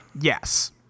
Yes